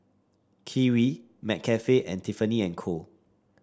Kiwi McCafe and Tiffany And Co